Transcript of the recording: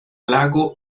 lago